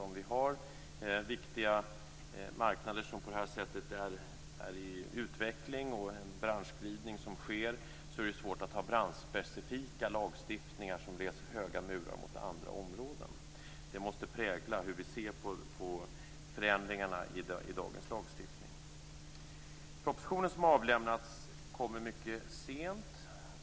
Om vi har viktiga marknader som på det här sättet är i utveckling och det sker en branschglidning, är det svårt att ha branschspecifika lagstiftningar, som reser höga murar mot andra områden. Detta måste prägla vår syn på förändringarna i dagens lagstiftning. Propositionen som avlämnats kommer mycket sent.